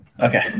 Okay